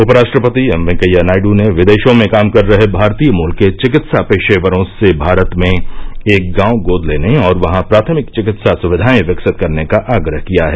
उपराष्ट्रपति एम वेंकैया नायडू ने विदेशों में काम कर रहे भारतीय मूल के चिकित्सा पेशेवरों से भारत में एक गांव गोद लेने और वहां प्राथमिक चिकित्सा सुविधाएं विकसित करने का आग्रह किया है